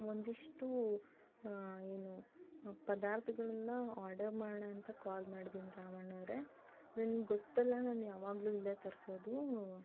ಒಂದಿಷ್ಟು ಏನು ಪದಾರ್ಥಗಳನ್ನು ಆರ್ಡರ್ ಮಾಡೋಣ ಅಂತ ಕಾಲ್ ಮಾಡ್ದಿನಿ ರಾಮಣ್ಣ ಅವರೇ ನಿಮಗೆ ಗೊತ್ತಲ್ಲ ನಾನು ಯಾವಾಗಲೂ ಇಲ್ಲೇ ತರಿಸೋದು